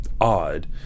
odd